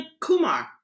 Kumar